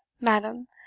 madam